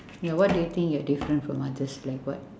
ya what do you think you're different from others like what